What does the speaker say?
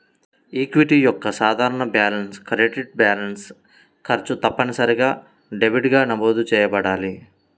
equity యొక్క సాధారణ balance credit balance, ఖర్చు తప్పనిసరిగా డెబిట్గా నమోదు చేయబడాలి